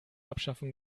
abschaffung